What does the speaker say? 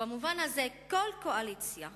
במובן הזה, כל קואליציה